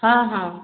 ହଁ ହଁ